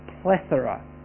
plethora